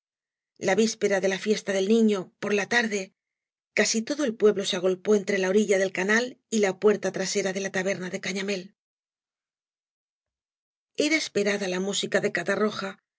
la víspera de la fiesta del niño por la tarde asi todo el pueblo se agolpó entre la orilla del anal y la puerta trasera de la taberna de cañamél y blasco ibáñhz era eaparada la müaica de